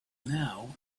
now